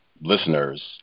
listeners